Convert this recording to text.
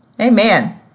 Amen